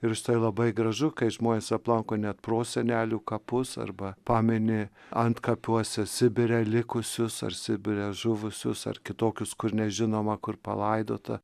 ir štai labai gražu kai žmonės aplanko net prosenelių kapus arba pameni antkapiuose sibire likusius ar sibire žuvusius ar kitokius kur nežinoma kur palaidota